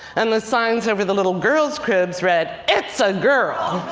and the signs over the little girls cribs read, it's a girl.